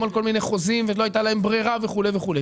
על כל מיני חוזים ולא הייתה להם ברירה וכו' וכו',